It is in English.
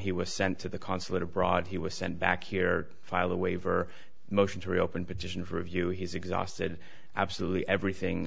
he was sent to the consulate abroad he was sent back here file a waiver motion to reopen petition for review he's exhausted absolutely everything